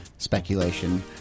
speculation